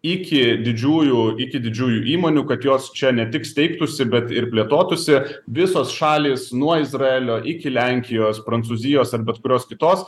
iki didžiųjų iki didžiųjų įmonių kad jos čia ne tik steigtųsi bet ir plėtotųsi visos šalys nuo izraelio iki lenkijos prancūzijos ar bet kurios kitos